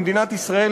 במדינת ישראל,